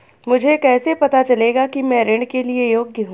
मुझे कैसे पता चलेगा कि मैं ऋण के लिए योग्य हूँ?